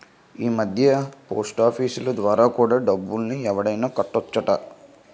ఈమధ్య పోస్టాఫీసులు ద్వారా కూడా డబ్బుల్ని ఎక్కడైనా కట్టొచ్చట